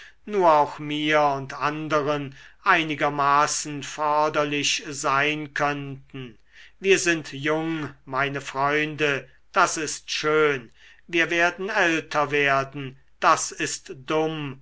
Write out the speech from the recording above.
nur auch mir und anderen einigermaßen förderlich sein könnten wir sind jung meine freunde das ist schön wir werden älter werden das ist dumm